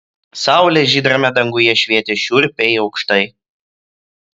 saulė žydrame danguje švietė šiurpiai aukštai